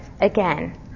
again